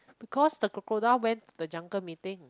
because the crocodile went to the jungle meeting